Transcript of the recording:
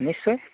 নিশ্চয়